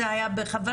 זה היה בכוונה,